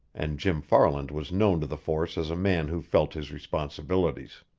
and jim farland was known to the force as a man who felt his responsibilities.